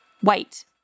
White